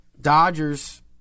Dodgers